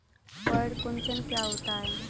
पर्ण कुंचन क्या होता है?